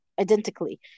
identically